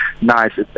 nice